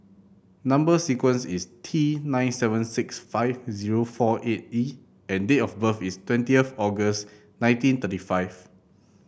number sequence is T nine seven six five zero four eight E and date of birth is twentieth August nineteen thirty five